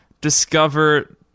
discover